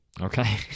Okay